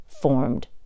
formed